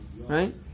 right